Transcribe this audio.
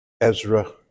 Ezra